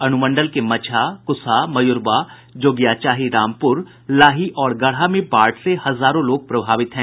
अनुमंडल के मचहा कुसहा मयूरवा जोगियाचाही रामपुर लाही और गड़हा में बाढ़ से हजारों लोग प्रभावित हैं